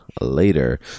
later